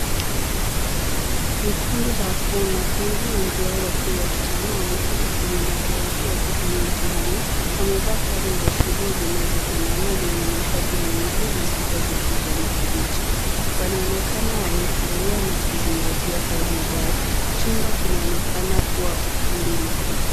Ni kundi la wanafunzi wengi wao wakiwa wasichana wameketi kwenye madawati wakifanya mitihani. Wamevaa sare za shule zinazofanana zenye mashati meupe na sweta za kijani kibichi. Wanaonekana wametulia na kuzingatia kazi zao. Chumba kinaonekana kuwa ukumbi mkubwa.